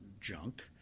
junk